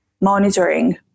monitoring